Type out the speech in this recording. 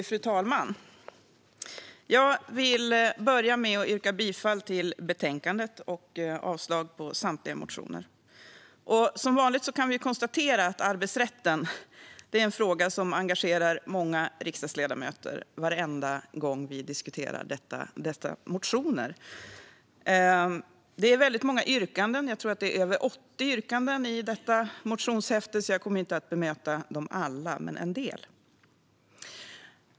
Fru talman! Jag vill börja med att yrka bifall till utskottets förslag och avslag på samtliga motioner. Som vanligt kan vi konstatera att arbetsrätten är en fråga som engagerar många riksdagsledamöter varenda gång vi diskuterar dessa motioner. Det är väldigt många yrkanden - jag tror att det är över 80 - så jag kommer inte att bemöta dem alla, men en del.